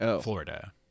Florida